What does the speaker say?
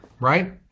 right